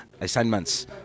assignments